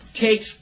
takes